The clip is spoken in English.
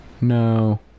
No